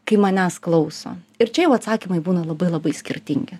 kai manęs klauso ir čia jau atsakymai būna labai labai skirtingi